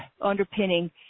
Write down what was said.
underpinning